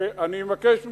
ואני מבקש מכם,